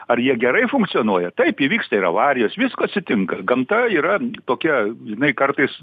ar jie gerai funkcionuoja taip įvyksta ir avarijos visko atsitinka gamta yra tokia jinai kartais